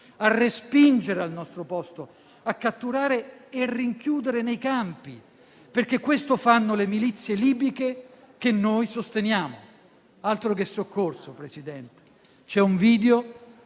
a respingere al nostro posto, a catturare e rinchiudere nei campi, perché questo fanno le milizie libiche che noi sosteniamo. Altro che soccorso, Presidente. C'è un video